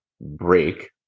break